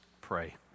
pray